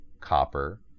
copper